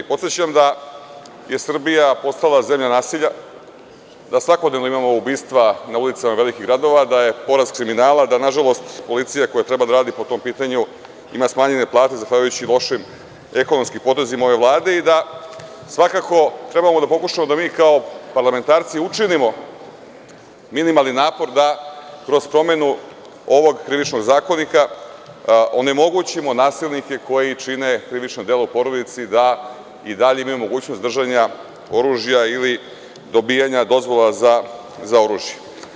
Podsećam da je Srbija postala zemlja nasilja, da svakodnevno imamo ubistva na ulicama velikih gradova, da je porast kriminala i da na žalost policija koja treba da radi po tom pitanju, ima smanjene plate zahvaljujući lošim ekonomskim potezima ove Vlade i da svakako treba da pokušamo da mi kao parlamentarci učinimo minimalni napor da kroz promenu ovog Krivičnog zakonika onemogućimo nasilnike koji čine krivično delo u porodici, da i dalje imaju mogućnost držanja oružja ili dobijanja dozvola za oružje.